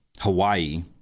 Hawaii